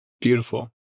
Beautiful